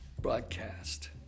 broadcast